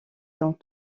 dans